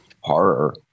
horror